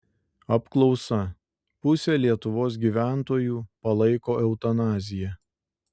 apklausa pusė lietuvos gyventojų palaiko eutanaziją